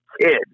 kid